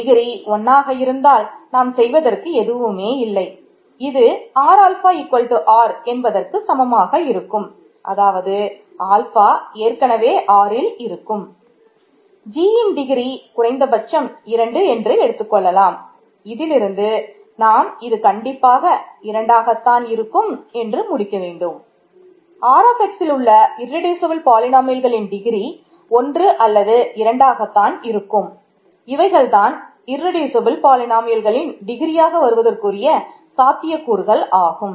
gன் degree வருவதற்கான சாத்தியக் கூறுகள் ஆகும்